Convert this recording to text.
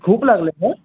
खूप लागलं आहे का